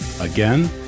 Again